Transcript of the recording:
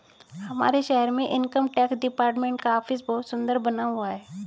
हमारे शहर में इनकम टैक्स डिपार्टमेंट का ऑफिस बहुत सुन्दर बना हुआ है